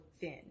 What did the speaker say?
thin